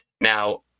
Now